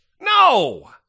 No